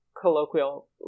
Colloquial